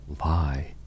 lie